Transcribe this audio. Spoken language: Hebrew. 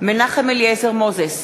מנחם אליעזר מוזס,